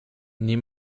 nie